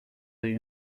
the